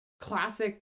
classic